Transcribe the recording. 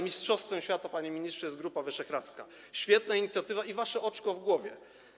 Mistrzostwem świata, panie ministrze, jest Grupa Wyszehradzka - świetna inicjatywa i wasze oczko w głowie.